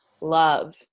Love